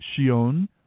Shion